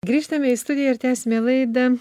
grįžtame į studiją ir tęsime laidą